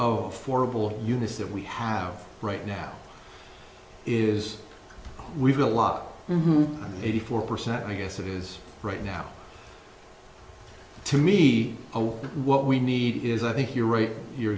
ball units that we have right now is we've got a lot eighty four percent i guess it is right now to me away what we need is i think you're right you're